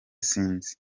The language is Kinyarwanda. sinzi